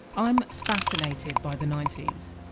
i'm fascinated by the nineties.